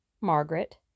Margaret